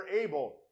able